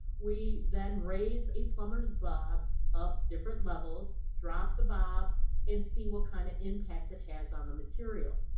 we then raise a plumber's bob up different levels, drop the bob and see what kind of impact it has on the material.